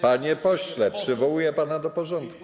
Panie pośle, przywołuję pana do porządku.